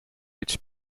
its